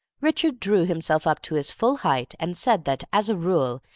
richard drew himself up to his full height, and said that, as a rule,